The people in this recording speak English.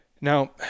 Now